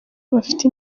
bafite